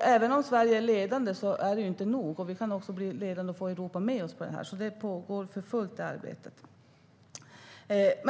Även om Sverige är ledande är det inte nog, och vi kan bli ledande och få Europa med oss på det här. Det arbetet pågår alltså för fullt.